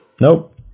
Nope